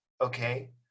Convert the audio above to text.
okay